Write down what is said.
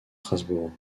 strasbourg